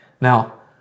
Now